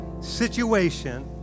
situation